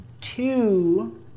Two